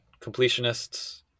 completionists